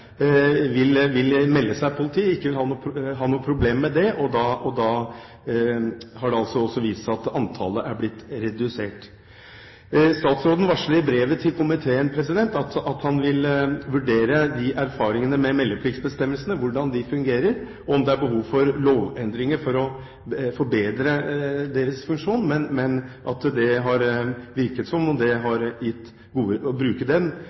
vil melde seg til politiet. De vil ikke ha noen problemer med det. Da har det også vist seg at antallet er blitt redusert. Statsråden varsler i brevet til komiteen at han vil vurdere erfaringene med meldepliktbestemmelsene, se hvordan de fungerer, om det er behov for lovendringer for å forbedre deres funksjon, men det virker som om det å bruke hjemmelen har gitt gode resultater til nå. Statsråden varsler også at han vil foreta en gjennomgang av adgangen til å